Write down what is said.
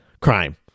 crime